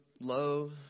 low